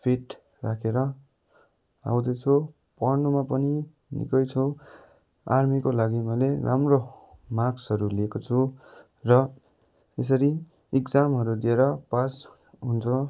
fit राखेर आउँदैछु पढ्नुमा पनि निकै छु आर्मीको लागि मैले राम्रो मार्क्सहरू ल्याएको छु र यसरी एक्जामहरू दिएर पास हुन्छ